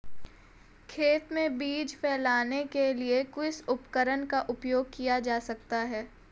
खेत में बीज फैलाने के लिए किस उपकरण का उपयोग किया जा सकता है?